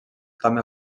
també